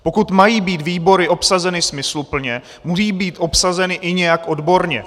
Pokud mají být výbory obsazeny smysluplně, musí být obsazeny i nějak odborně.